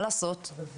מה לעשות,